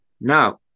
Now